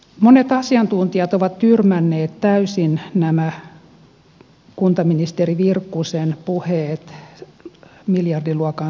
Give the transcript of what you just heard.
monet asiantuntijat ovat tyrmänneet täysin nämä kuntaministeri virkkusen puheet miljardiluokan säästöistä